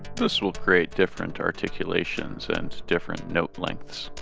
this will create different articulations and different note lengths.